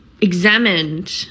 examined